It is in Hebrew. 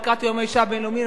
לקראת יום האשה הבין-לאומי,